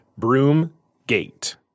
Broomgate